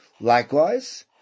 Likewise